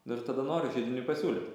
nu ir tada noriu židiniui pasiūlyt